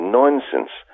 nonsense